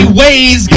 ways